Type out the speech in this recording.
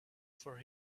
for